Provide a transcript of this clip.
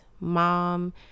mom